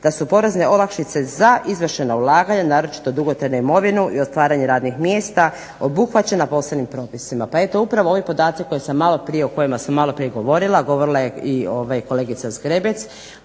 da su porezne olakšice za izvršena ulaganja, naročito dugotrajnu imovinu i otvaranje radnih mjesta, obuhvaćena posebnim propisima. Pa eto upravo ovi podaci koje sam maloprije, o kojima sam maloprije govorila, govorila je i kolegica Zgrebec,